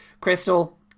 Crystal